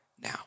now